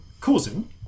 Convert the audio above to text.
causing